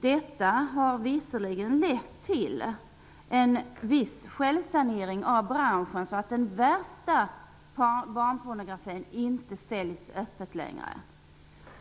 Detta har å ena sidan lett till en viss självsanering av branschen, så att de värsta barnpornografiska alstren inte längre säljs öppet.